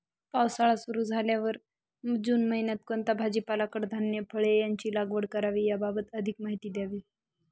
पावसाळा सुरु झाल्यावर जून महिन्यात कोणता भाजीपाला, कडधान्य, फळे यांची लागवड करावी याबाबत अधिक माहिती द्यावी?